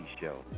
show